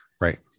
Right